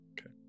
Okay